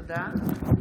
תודה.